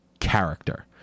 character